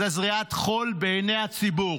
זו זריית חול בעיני הציבור.